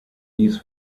dies